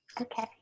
Okay